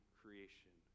creation